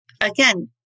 Again